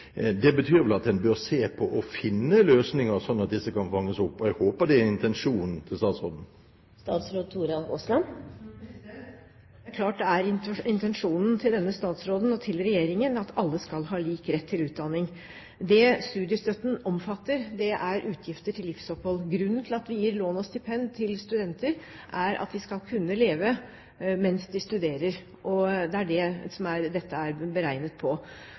Det betyr vel at en bør se på om en kan finne løsninger, slik at disse kan fanges opp. Jeg håper det er intensjonen til statsråden. Det er klart at det er intensjonen til denne statsråden og til regjeringen at alle skal ha lik rett til utdanning. Det studiestøtten omfatter, er utgifter til livsopphold. Grunnen til at vi gir lån og stipend til studenter, er at de skal kunne leve mens de studerer. Det er det dette er beregnet på.